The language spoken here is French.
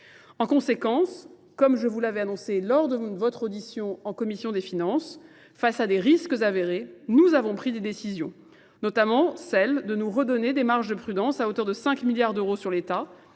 En conséquence, comme je vous l'avais annoncé lors de votre audition en commission des finances, face à des risques avérés, nous avons pris des décisions, notamment celle de nous redonner des marges de prudence à hauteur de 5 milliards d'euros sur l'État,